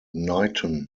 knighton